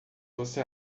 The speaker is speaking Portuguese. você